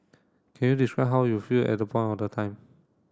can you describe how you feel at the point of the time